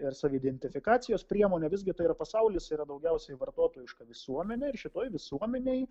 ir saviidentifikacijos priemonė visgi tai yra pasaulis yra daugiausiai vartotojiška visuomenė ir šitoj visuomenėj